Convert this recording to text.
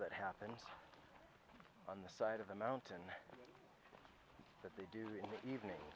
that happened on the side of the mountain that they do in the evening